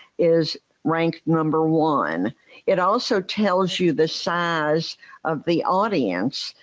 is ranked number one it also tells you the size of the audience.